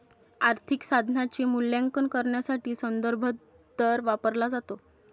आर्थिक साधनाचे मूल्यांकन करण्यासाठी संदर्भ दर वापरला जातो